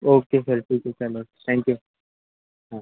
okay sir ठीक आहे चालेल थॅंक्यू हां